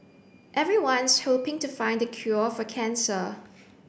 everyone's hoping to find the cure for cancer